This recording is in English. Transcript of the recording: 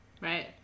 Right